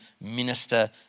minister